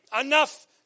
enough